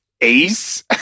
Ace